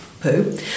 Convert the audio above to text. poo